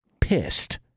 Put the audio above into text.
Pissed